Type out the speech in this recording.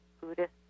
Buddhist